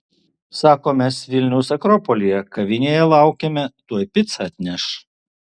sako mes vilniaus akropolyje kavinėje laukiame tuoj picą atneš